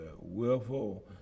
willful